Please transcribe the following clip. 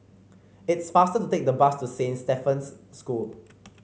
it's faster to take the bus to Saint Stephen's School